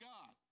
God